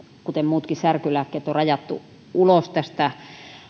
kuten muutkin särkylääkkeet on rajattu ulos tästä